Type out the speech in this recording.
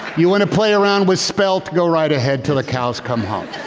you want to play around with spelt go right ahead till the cows come home.